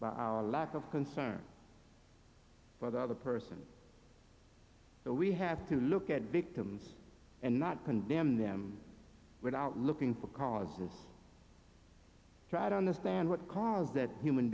by our lack of concern for the other person so we have to look at victims and not condemn them without looking for causes try to understand what caused that human